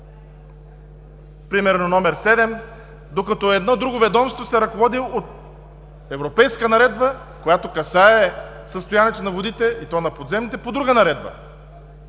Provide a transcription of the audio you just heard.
примерно, докато едно друго ведомство се ръководи от европейска наредба, която касае състоянието на водите, и то на подземните, по друга наредба.